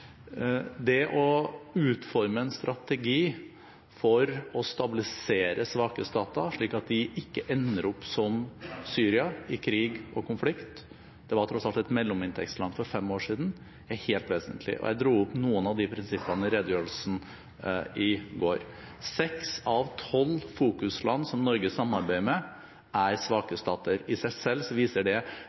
Det å utforme en strategi for å stabilisere svake stater slik at de ikke ender opp som Syria, i krig og konflikt – det var tross alt et mellominntektsland for fem år siden – er helt vesentlig, og jeg dro opp noen av de prinsippene i redegjørelsen i går. Seks av tolv fokusland som Norge samarbeider med, er svake stater. I seg selv viser det